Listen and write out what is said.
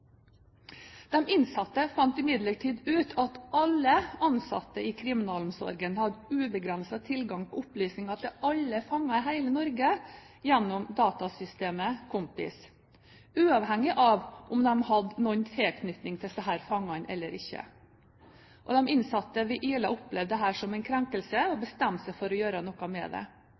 innsatte fant imidlertid ut at alle ansatte i kriminalomsorgen hadde ubegrenset tilgang på opplysninger om alle fanger i hele Norge gjennom datasystemet KOMPIS, uavhengig av om de hadde noen tilknytning til disse fangene eller ikke. De innsatte ved Ila opplevde dette som en krenkelse og bestemte seg for å gjøre noe med det.